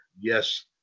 yes